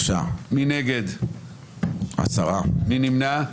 נגד, 2 נמנעים.